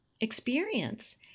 experience